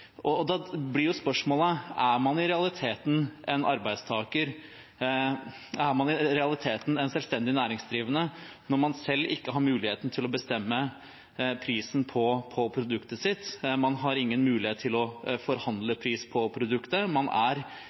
Da blir spørsmålet: Er man i realiteten en selvstendig næringsdrivende når man selv ikke har mulighet til å bestemme prisen på produktet sitt? Man har ingen mulighet til å forhandle pris på produktet, man er